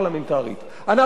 אנחנו צריכים לברר,